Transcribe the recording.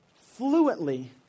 fluently